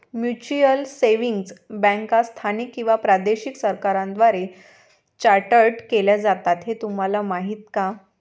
Mutual savings बँका स्थानिक किंवा प्रादेशिक सरकारांद्वारे चार्टर्ड केल्या जातात हे तुम्हाला माहीत का?